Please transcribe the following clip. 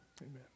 Amen